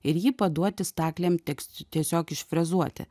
ir jį paduoti staklėm teks tiesiog išfrezuoti